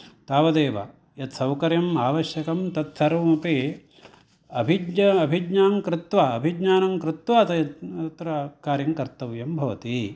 तावदेव यत्सौकर्यम् आवश्यकम् तत्सर्वमपि अभिज्ञा अभिज्ञां कृत्वा अभिज्ञानं कृत्वा तत्र कार्यं कर्तव्यं भवति